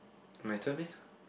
my turn meh